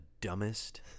dumbest